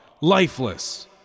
lifeless